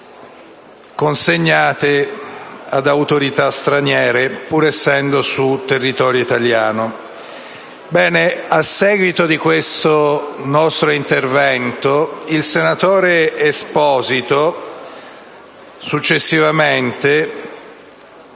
consegnate ad autorità straniere, pur essendo sul territorio italiano. Bene, a seguito di questo nostro intervento, il senatore Giuseppe